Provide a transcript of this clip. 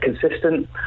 consistent